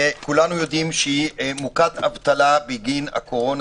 שכולנו יודעים שהיא מוכת אבטלה בגין הקורונה